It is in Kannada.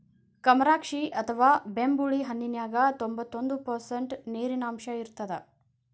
ಕಮರಾಕ್ಷಿ ಅಥವಾ ಬೆಂಬುಳಿ ಹಣ್ಣಿನ್ಯಾಗ ತೋಭಂತ್ತು ಪರ್ಷಂಟ್ ನೇರಿನಾಂಶ ಇರತ್ತದ